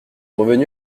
revenu